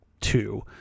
two